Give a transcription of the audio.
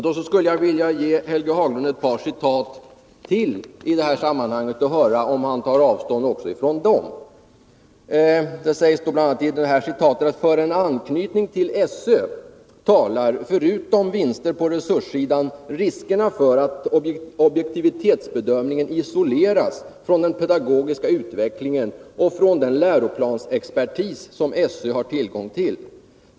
Jag skulle vilja ge Helge Hagberg ett par citat till i det här sammanhanget och höra om han tar avstånd också från dem. Det sägs i det här citatet, som är hämtat från läromedelsutredningen, bl.a. ”för en anknytning till SÖ talar å andra sidan — förutom vinster på resurssidan — riskerna för att objektivitetsbedömningen isoleras från den pedagogiska utvecklingen och från den läroplansexpertis som SÖ har tillgång till.